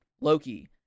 Loki